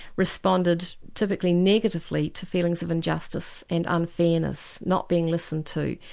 responded typically negatively to feelings of injustice and unfairness, not being listened to.